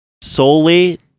solely